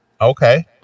okay